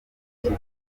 ikipe